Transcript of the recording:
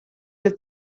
del